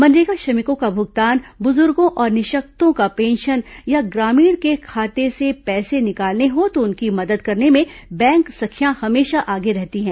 मनरेगा श्रमिकों का भुगतान बुजुर्गो और निःशक्तों का पेंशन या ग्रामीण के खाते से पैसे निकालने हो तो उनकी मदद करने में बैंक सखियां हमेशा आगे रहती हैं